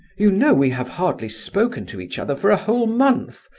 you know we have hardly spoken to each other for a whole month.